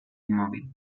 inmóvil